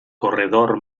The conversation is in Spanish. corredor